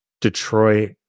detroit